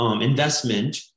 investment